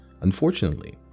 Unfortunately